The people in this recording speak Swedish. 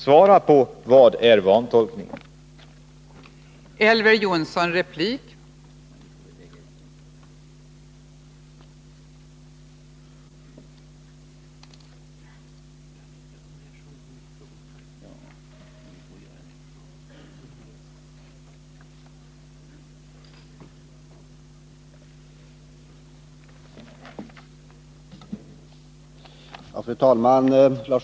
Svara på frågan om var vantolkningarna finns!